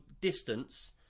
distance